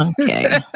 Okay